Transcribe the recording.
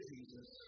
Jesus